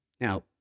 Now